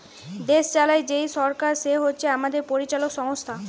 দেশ চালায় যেই সরকার সে হচ্ছে আমাদের পরিচালক সংস্থা